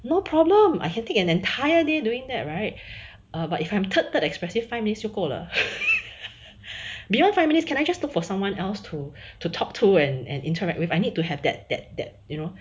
no problem I can take an entire day doing that right but if I'm third third expressive five minutes 就够了 beyond five minutes can I just look for someone else to to talk to and interact with I need to have that that that you know